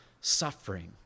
suffering